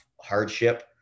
hardship